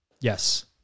Yes